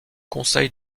conseil